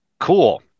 cool